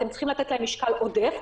אתם צריכים לתת להם משקל עודף,